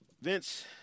Vince